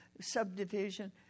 subdivision